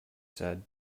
said